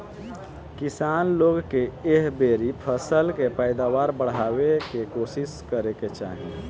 किसान लोग के एह बेरी फसल के पैदावार बढ़ावे के कोशिस करे के चाही